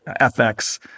FX